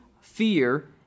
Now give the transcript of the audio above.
fear